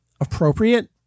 appropriate